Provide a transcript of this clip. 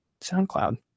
SoundCloud